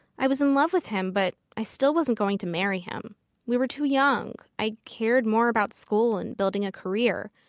i was in love with him but i still wasn't going to marry him we were too young, i cared more about school and building a career,